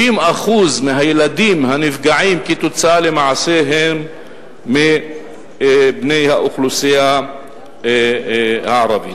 ש-50% מהילדים הנפגעים למעשה הם בני האוכלוסייה הערבית.